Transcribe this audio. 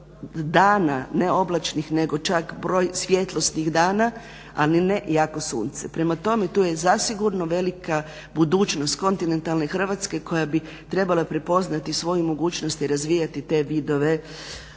dana ne oblačnih nego čak broj svjetlosnih dana, a ni ne jako sunce. Prema tome tu je zasigurno velika budućnost kontinentalne Hrvatske koja bi trebala prepoznati svoju mogućnost i razvijati te vidove